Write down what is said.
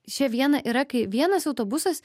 čia viena yra kai vienas autobusas